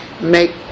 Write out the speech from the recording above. make